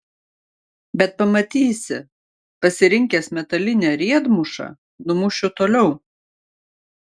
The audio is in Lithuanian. bet pamatysi pasirinkęs metalinę riedmušą numušiu toliau